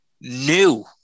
new